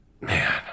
man